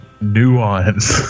Nuance